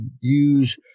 use